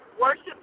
worship